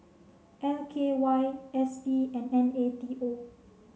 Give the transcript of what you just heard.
L K Y S P and N A T O